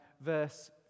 verse